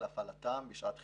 להפעלתם בשעת חירום,